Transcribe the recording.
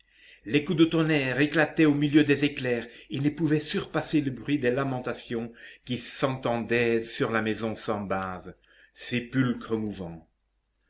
les coups de tonnerre éclataient au milieu des éclairs et ne pouvaient surpasser le bruit des lamentations qui s'entendaient sur la maison sans bases sépulcre mouvant